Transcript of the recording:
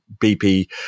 BP